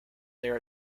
there